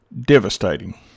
Devastating